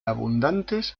abundantes